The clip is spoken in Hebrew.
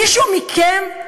מישהו מכם,